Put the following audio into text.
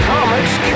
Comics